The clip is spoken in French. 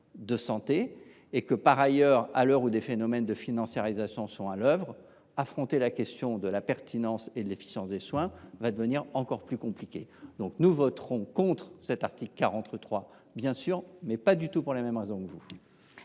de santé. Par ailleurs, à l’heure où des phénomènes de financiarisation sont à l’œuvre, affronter la question de la pertinence et de l’efficience des soins va devenir encore plus difficile. Nous voterons bien entendu contre l’article 43, mais pas du tout pour les mêmes raisons que vous.